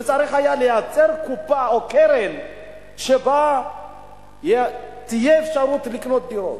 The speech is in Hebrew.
וצריך היה לייצר קופה או קרן שבה תהיה אפשרות לקנות דירות.